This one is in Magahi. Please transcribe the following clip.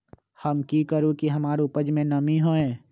हम की करू की हमार उपज में नमी होए?